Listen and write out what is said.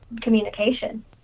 communication